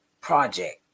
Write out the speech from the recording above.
project